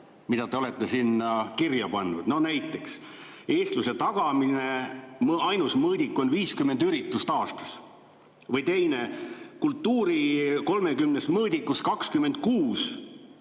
mida te olete sinna kirja pannud? No näiteks: eestluse tagamine, ainus mõõdik on 50 üritust aastas. Või teine: kultuuri 30 mõõdikust 26